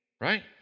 Right